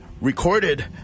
recorded